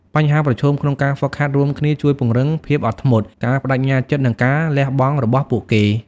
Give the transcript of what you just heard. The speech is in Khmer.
បញ្ហាប្រឈមក្នុងការហ្វឹកហាត់រួមគ្នាជួយពង្រឹងភាពអត់ធ្មត់ ការប្តេជ្ញាចិត្ត និងការលះបង់របស់ពួកគេ។